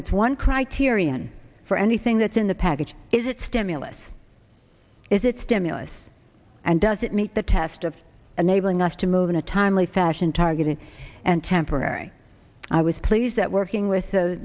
its one criterion for anything that's in the package is it stimulus is it stimulus and does it meet the test of enabling us to move in a timely fashion targeted and temporary i was pleased that working with